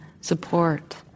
support